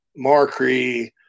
Markree